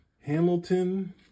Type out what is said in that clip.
Hamilton